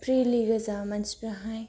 freely गोजा मानसिफोराहाय